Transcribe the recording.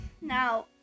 now